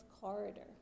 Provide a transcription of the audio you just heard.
corridor